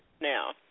now